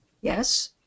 Yes